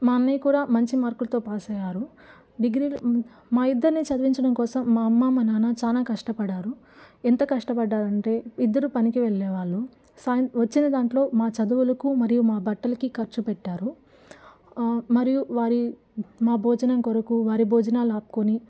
మా అన్నయ్య కూడా మంచి మార్కులతో పాస్ అయ్యారు డిగ్రీలో మా ఇద్దరిని చదివించడం కోసం మా అమ్మ మా నాన్న చాలా కష్టపడ్డారు ఎంత కష్టపడ్డారు అంటే ఇద్దరు పనికి వెళ్ళేవాళ్ళు సాయం వచ్చిన దాంట్లో మా చదువులకు మరియు మా బట్టలకి ఖర్చుపెట్టారు మరియు వారి మా భోజనం కొరకు వారి భోజనాలు ఆపుకొని